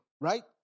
Right